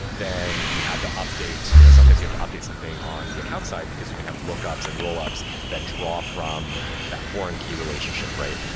then you have to update, you know sometimes you have to update something on the account side, because you can have lookups and roll-ups that draw from that foreign key relationship, right?